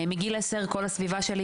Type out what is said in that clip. מגיל עשר כל הסביבה של,